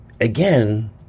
again